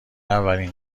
اولین